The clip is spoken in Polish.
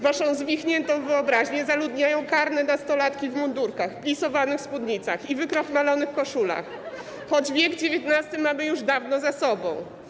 Waszą zwichniętą wyobraźnię zaludniają karne nastolatki w mundurkach, plisowanych spódnicach i wykrochmalonych koszulach, choć wiek XIX mamy już dawno za sobą.